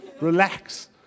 Relax